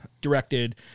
directed